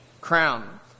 crown